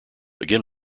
again